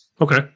Okay